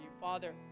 Father